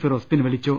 ഫിറോസ് പിൻവലിച്ചു